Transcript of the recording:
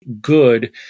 good